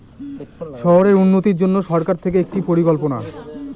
শহরের উন্নতির জন্য সরকার থেকে একটি পরিকল্পনা